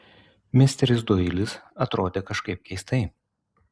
misteris doilis atrodė kažkaip keistai